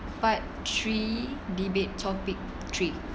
part three debate topic three